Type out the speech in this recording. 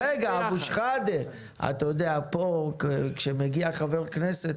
רגע, אבו-שחאדה, כשמגיע חבר כנסת